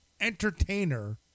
entertainer